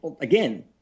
again